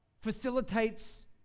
facilitates